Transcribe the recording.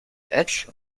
edge